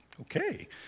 okay